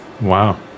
Wow